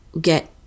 get